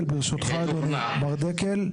אני פונה לכ-100 לשכות תעסוקה כדי למצוא מטפלת,